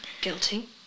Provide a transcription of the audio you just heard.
Guilty